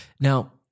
Now